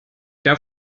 der